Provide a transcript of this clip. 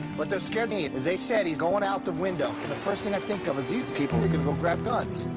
what scared me was they said, he's going out the window. and the first thing i think of is, these people are going to ah grab guns.